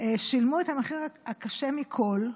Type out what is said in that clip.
שילמו את המחיר הקשה מכול,